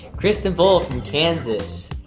kristen bull from kansas,